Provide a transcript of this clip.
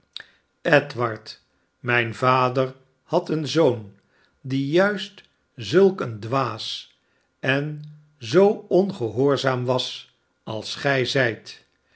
edward mijn vader had een zoon die juist zulk een dwaas en zoo ongehoorzaam was als gij